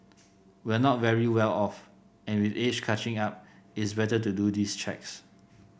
we're not very well off and with age catching up it's better to do these checks